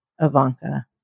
Ivanka